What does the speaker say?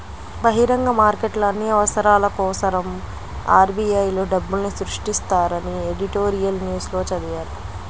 బహిరంగ మార్కెట్లో అన్ని అవసరాల కోసరం ఆర్.బి.ఐ లో డబ్బుల్ని సృష్టిస్తారని ఎడిటోరియల్ న్యూస్ లో చదివాను